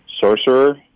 sorcerer